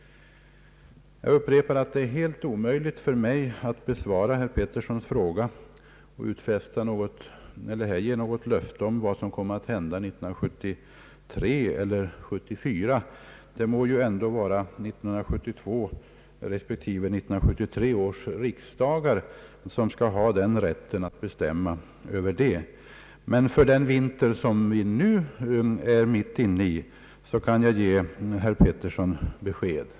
Jag upprepar att det är omöjligt för mig att besvara herr Petterssons fråga och här ge något löfte om vad som kommer att hända 1973 eller 1974. Det må vara 1972 respektive 1973 års riksdag som skall ha rätten att bestämma över det. För den vinter som vi nu är inne i kan jag emellertid ge herr Pettersson besked.